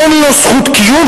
אין לו זכות קיום,